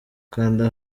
kanda